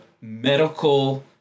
medical